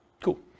Cool